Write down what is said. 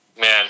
man